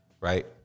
right